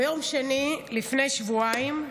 ביום שני לפני שבועיים,